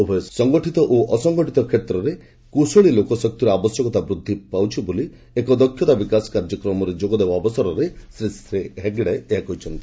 ଉଭୟ ସଙ୍ଗଠିତ ଓ ଅସଙ୍ଗଠିତ କ୍ଷେତ୍ରରେ କୁଶଳୀ ଲୋକଶକ୍ତିର ଆବଶ୍ୟକତା ବୃଦ୍ଧି ପାଉଛି ବୋଲି ଏକ ଦକ୍ଷତା ବିକାଶ କାର୍ଯ୍ୟକ୍ରମରେ ଯୋଗ ଦେବା ଅବସରରେ ଶ୍ରୀ ହେଗ୍ଡେ ଏହା କହିଛନ୍ତି